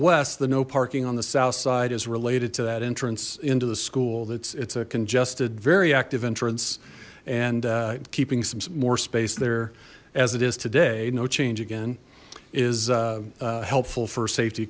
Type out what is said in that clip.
west the no parking on the south side is related to that entrance into the school that's it's a congested very active entrance and keeping some more space there as it is today no change again is helpful for safety